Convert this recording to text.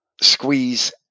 squeeze